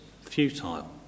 futile